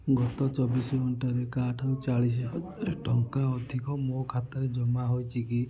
ଗତ ଚବିଶ ଘଣ୍ଟାରେ କାହାଠାରୁ ଚାଳିଶହଜାର ଟଙ୍କା ଅଧିକ ମୋ ଖାତାରେ ଜମା ହୋଇଛି କି